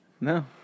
No